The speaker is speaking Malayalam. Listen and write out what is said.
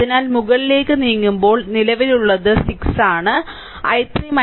അതിനാൽ മുകളിലേക്ക് നീങ്ങുമ്പോൾ നിലവിലുള്ളത് 6 ആണ് I3 I1 ലേക്ക്